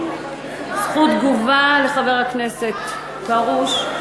זכות תגובה לחבר הכנסת פרוש,